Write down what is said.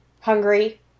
hungry